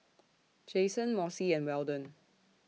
Jason Mossie and Weldon